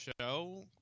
show